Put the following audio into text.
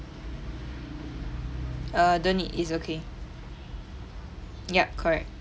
err don't need it's okay yup correct